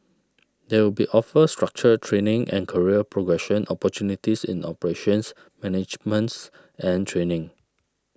they will be offered structured training and career progression opportunities in operations managements and training